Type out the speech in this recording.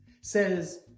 says